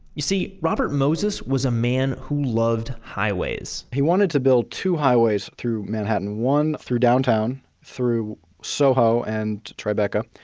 you see, robert moses was a man who loved highways he wanted to build two highways through manhattan. one through downtown, through soho and tribeca,